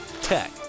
Tech